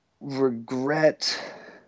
regret